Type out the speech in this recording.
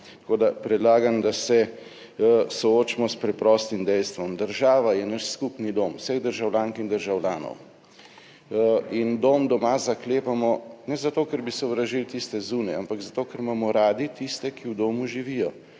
Tako, da predlagam, da se soočimo s preprostim dejstvom; država je naš skupni dom vseh državljank in državljanov in dom doma zaklepamo ne zato, ker bi sovražili tiste zunaj, ampak zato, ker imamo radi tiste, ki v domu živijo.